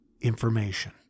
information